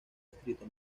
distrito